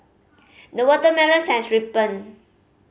the watermelons has ripened